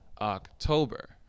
october